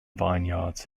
vineyards